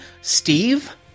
Steve